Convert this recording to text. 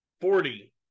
Forty